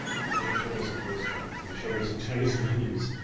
you know, they showed me some postcards, they showed me some chinese menus.